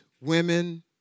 women